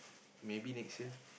maybe next year